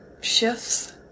shifts